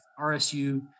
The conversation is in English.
RSU